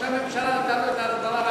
ראש הממשלה נתן לו את ההסברה,